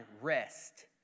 rest